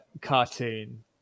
cartoon